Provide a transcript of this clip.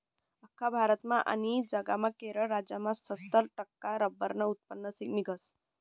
आख्खा भारतमा आनी जगमा केरळ राज्यमा सत्तर टक्का रब्बरनं उत्पन्न निंघस